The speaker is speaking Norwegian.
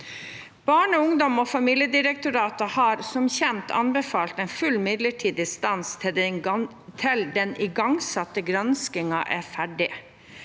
Barne-, ungdoms- og familiedirektoratet har som kjent anbefalt en full midlertidig stans til den igangsatte granskingen er ferdig.